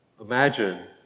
imagine